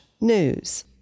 news